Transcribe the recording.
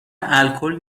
الکل